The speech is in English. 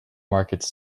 markets